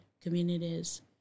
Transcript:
communities